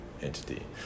entity